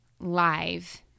live